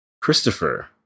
Christopher